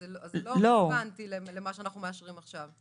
אז זה לא רלוונטי למה שאנחנו מאשרים עכשיו.